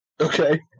Okay